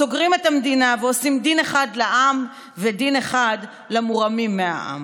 סוגרים את המדינה ועושים דין אחד לעם ודין אחד למורמים מהעם.